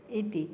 इति